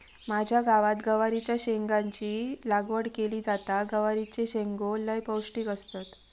माझ्या गावात गवारीच्या शेंगाची लागवड केली जाता, गवारीचे शेंगो लय पौष्टिक असतत